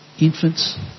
infants